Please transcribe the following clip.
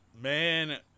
man